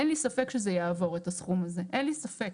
אין לי ספק שזה יעבור את הסכום הזה, אין לי ספק.